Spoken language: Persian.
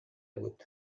بود